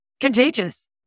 contagious